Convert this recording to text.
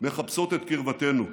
מחפשות את קרבתנו.